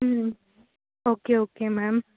ம் okay okay ma'am